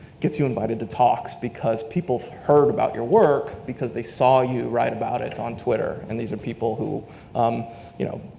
gets you invited to talks because people heard about your work because they saw you write about it on twitter, and these are people who um you know,